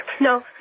No